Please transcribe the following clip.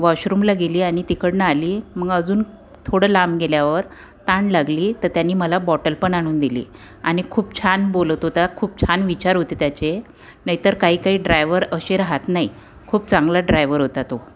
वॉशरूमला गेली आणि तिकडनं आली मग अजून थोडं लांब गेल्यावर तहान लागली तर त्यांनी मला बॉटल पण आणून दिली आणि खूप छान बोलत होता खूप छान विचार होते त्याचे नाहीतर काही काही ड्रायव्हर असे रहात नाही खूप चांगला ड्रायव्हर होता तो